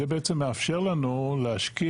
זה בעצם מאפשר לנו להשקיע